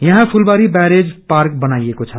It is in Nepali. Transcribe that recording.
याहाँ फुलबारी बैरेज पार्क बनाएको छ